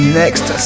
next